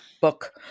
book